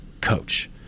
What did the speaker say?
coach